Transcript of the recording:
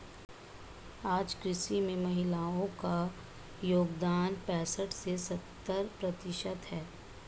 आज कृषि में महिलाओ का योगदान पैसठ से सत्तर प्रतिशत है